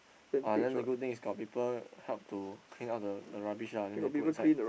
ah then the good thing is got people help to clean all the the rubbish ah then they put inside